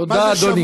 תודה, אדוני.